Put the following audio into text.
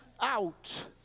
out